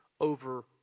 over